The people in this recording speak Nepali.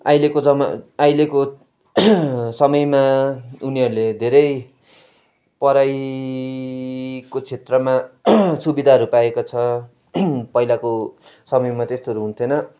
अहिलेको जमाना अहिलेको समयमा उनीहरूले धेरै पढाइको क्षेत्रमा सुविधाहरू पाएको छ पहिलाको समयमा त्यस्तोहरू हुन्थेन